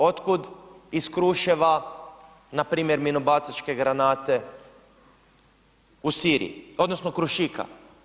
Otkud iz Kruševa npr. minobacačke granate u Siriji, odnosno Krušika?